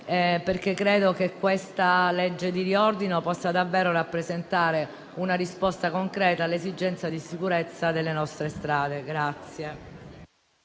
perché credo che questa legge di riordino possa davvero rappresentare una risposta concreta alle esigenze di sicurezza delle nostre strade.